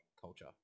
culture